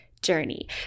journey